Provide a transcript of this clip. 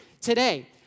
today